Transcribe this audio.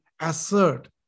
assert